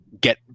get